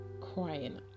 crying